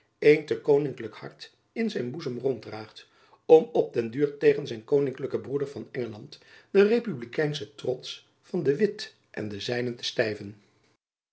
een te koninklijk hart in zijn boezem ronddraagt om op den duur tegen zijn koninklijken broeder van engeland den republikeinschen trots van de witt en de zijnen te stijven